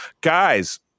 guys